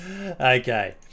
Okay